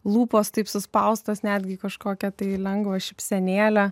lūpos taip suspaustos netgi kažkokia tai lengva šypsenėle